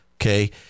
Okay